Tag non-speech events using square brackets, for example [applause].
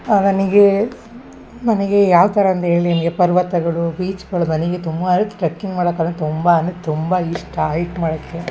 ನನಗೆ ನನಗೆ ಯಾವ ಥರ ಅಂದು ಹೇಳ್ಲಿ ನನಗೆ ಪರ್ವತಗಳು ಬೀಚ್ಗಳು ನನಗೆ ತುಂಬ [unintelligible] ಟ್ರಕ್ಕಿಂಗ್ ಮಾಡಕಂದ್ರೆ ತುಂಬ ಅಂದರೆ ತುಂಬ ಇಷ್ಟ ಐಕ್ ಮಾಡೋಕ್ಕೆ